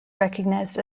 recognized